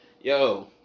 yo